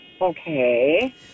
Okay